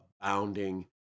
abounding